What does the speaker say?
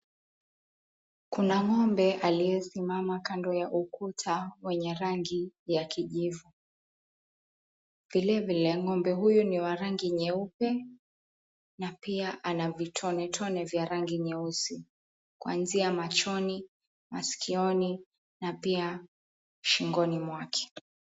Kuna ng'ombe aliyesimama kando ya ukuta wenye rangi ya kijivu. Vilevile ng'ombe huyu ni wa rangi nyeupe na pia ana vitonetone vya rangi nyeusi 𝑘𝑢𝑎nzia machoni, maskioni na pia shingoni mwake.